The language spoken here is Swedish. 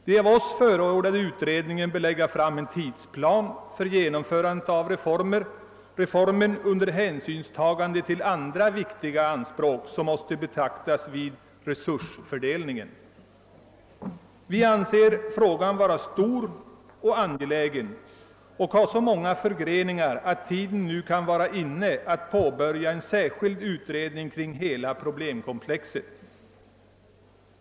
Den av oss förordade utredningen bör lägga fram en tidsplan för genomförandet av reformen under hänsynstagande till andra viktiga anspråk som måste beaktas vid resursfördelningen. Vi anser frågan vara stor och angelägen och menar att den har så många förgreningar, att tiden nu kan vara inne att på börja en särskild utredning om hela problemkomplexet.